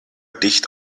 dicht